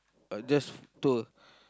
uh just tour